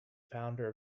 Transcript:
founder